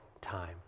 time